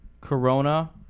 Corona